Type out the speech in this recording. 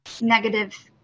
negative